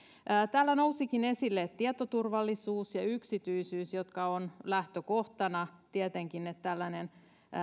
täällä nousikin esille tietoturvallisuus ja yksityisyys jotka ovat lähtökohtana tietenkin että tällainen